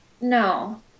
No